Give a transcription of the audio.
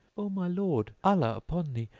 o my lord, allah upon thee,